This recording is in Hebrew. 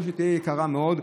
או שתהיה יקרה מאוד.